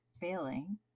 failing